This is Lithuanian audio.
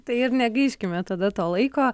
tai ir negaiškime tada to laiko